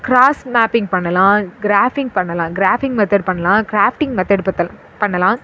cross mapping பண்ணலாம் grafting பண்ணலாம் grafting method பண்ணலாம் கிராஃப்டிங் மெத்தட் பித்தல் பண்ணலாம்